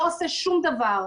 לא עושה שום דבר,